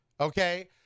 Okay